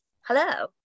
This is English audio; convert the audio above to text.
Hello